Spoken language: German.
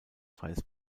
freies